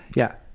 yeah.